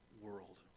world